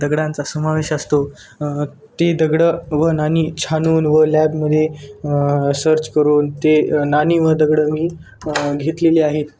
दगडांचा समावेश असतो ते दगडं व नाणी छानून व लॅबमध्ये सर्च करून ते नाणी व दगड मी घेतलेले आहेत